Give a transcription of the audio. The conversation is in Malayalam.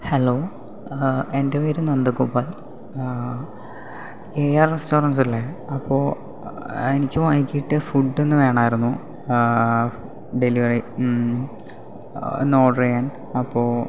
ഹലോ എൻ്റെ പേര് നന്ദഗോപാൽ എ ആർ റസ്റ്റോറന്റ്സ് അല്ലേ അപ്പോൾ എനിക്ക് വൈകീട്ട് ഫുഡ് ഒന്ന് വേണമായിരുന്നു ഡെലിവറി ഇന്ന് ഓർഡർ ചെയ്യാൻ അപ്പോൾ